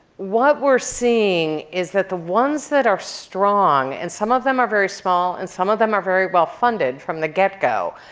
what we're seeing is that the ones that are strong, and some of them are very small and some of them are very well funded from the get-go.